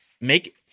make